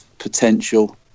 Potential